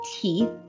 teeth